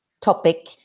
topic